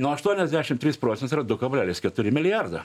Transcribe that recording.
nu aštuoniasdešim trys procentai yra du kablelis keturi milijardo